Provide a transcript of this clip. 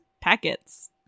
packets